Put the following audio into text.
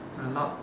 a lot